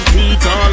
Peter